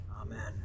Amen